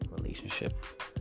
relationship